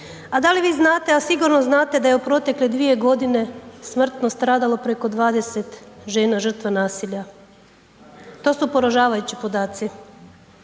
A dali vi znate, a sigurno znate da je u protekle 2 godine smrtno stradalo preko 20 žena žrtva nasilja? To su poražavajući podaci.